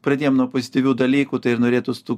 pradėjom nuo pozityvių dalykų tai ir norėtųs tų